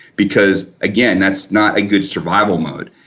because again that's not a good survival mode.